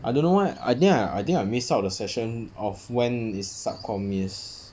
I don't know why I think I I think I miss out the session of when is sub comm is